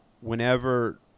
whenever